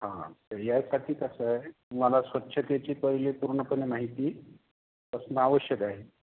हा हा तर ह्यासाठी कसंय तुम्हाला स्वच्छतेची पहिले पूर्णपणे माहिती असणं आवश्यक आहे